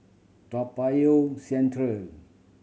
Toa Payoh Central